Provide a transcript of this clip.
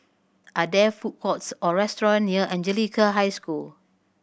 are there food courts or restaurant near Anglican High School